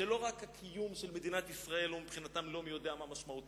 שלא רק הקיום של מדינת ישראל הוא מבחינתן לא מי-יודע-מה משמעותי,